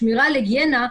שמירה על היגיינה,